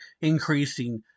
increasing